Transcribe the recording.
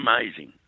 amazing